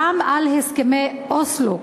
גם להסכמי אוסלו,